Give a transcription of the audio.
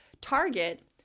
target